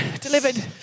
delivered